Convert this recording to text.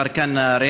כפר כנא,